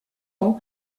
ans